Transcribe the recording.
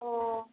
ଓ